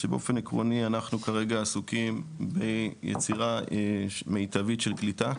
שבאופן עקרוני אנחנו כרגע עסוקים ביצירה מיטבית של קליטה.